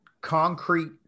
concrete